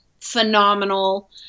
Phenomenal